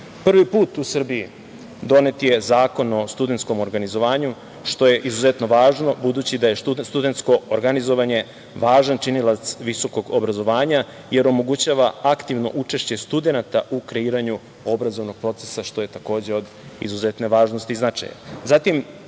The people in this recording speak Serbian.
put u Srbiji donet je Zakon o studentskom organizovanju, što je izuzetno važno, budući da je studentsko organizovanje važan činilac visokog obrazovanja, jer omogućava aktivno učešće studenata u kreiranju obrazovnog procesa, što je takođe od izuzetne važnosti i značaja. Zatim,